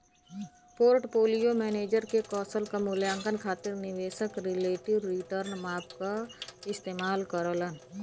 portfolio manager के कौशल क मूल्यांकन खातिर निवेशक रिलेटिव रीटर्न माप क इस्तेमाल करलन